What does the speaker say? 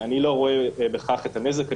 אני לא רואה בכך את הנזק.